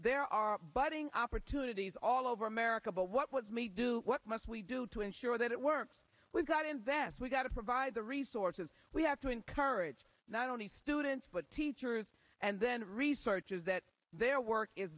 there are budding opportunities all over america but what was me do what must we do to ensure that it works we've got invest we've got to provide the resources we have to encourage not only students but teachers and then research is that their work is